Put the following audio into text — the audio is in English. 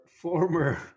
former